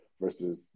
versus